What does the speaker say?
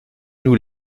nous